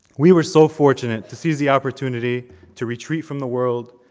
we were so fortunate to seize the opportunity to retreat from the world,